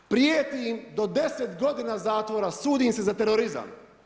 Prijeti im do 10 godina zatvora, sudi im se za terorizam.